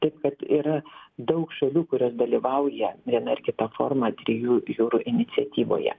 taip kad yra daug šalių kurios dalyvauja viena ar kita forma trijų jūrų iniciatyvoje